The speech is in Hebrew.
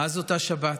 מאז אותה שבת,